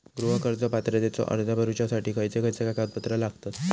गृह कर्ज पात्रतेचो अर्ज भरुच्यासाठी खयचे खयचे कागदपत्र लागतत?